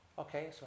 Okay